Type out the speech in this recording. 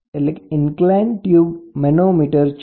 તેથી જ તો આ એક ઇન્ક્લાઇન્ડ ટ્યૂબ મેનોમીટર છે